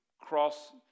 cross